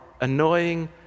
annoying